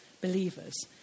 believers